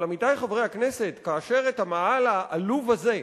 אבל, עמיתי חברי הכנסת, כאשר את המאהל העלוב הזה,